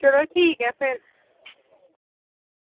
चलो ठीक ऐ फिर